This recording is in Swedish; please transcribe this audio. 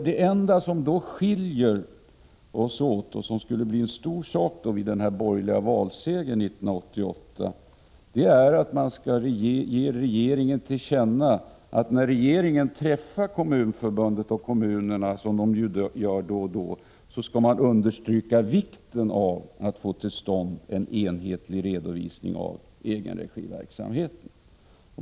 Det enda som skiljer oss åt, och som skulle bli en stor sak i den borgerliga valsegern 1988, är att de borgerliga vill att regeringen när den träffar representanter för Kommunförbundet och kommunerna skall understryka vikten av att få till stånd en enhetlig redovisning av egenregiverksamheten.